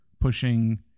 pushing